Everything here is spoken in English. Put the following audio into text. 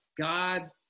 God